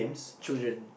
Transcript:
children